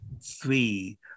three